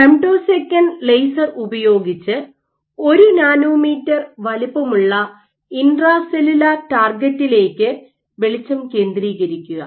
femtosecond laser ഉപയോഗിച്ച് ഒരു nanometre വലുപ്പമുള്ള ഇൻട്രാ സെല്ലുലാർ ടാർഗെറ്റിലേക്ക് വെളിച്ചം കേന്ദ്രീകരിക്കുക